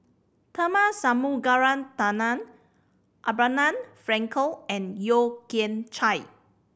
Tharman Shanmugaratnam Abraham Frankel and Yeo Kian Chye